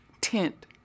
tent